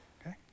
okay